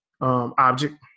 object